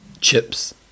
chips